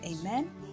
Amen